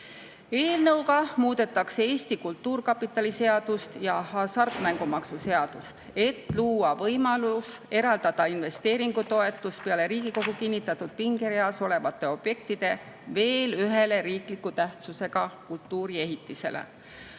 Eelnõuga muudetakse Eesti Kultuurkapitali seadust ja hasartmängumaksu seadust, et luua võimalus eraldada investeeringutoetust peale Riigikogu kinnitatud pingereas olevate objektide veel ühele riikliku tähtsusega kultuuriehitisele,